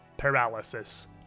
paralysis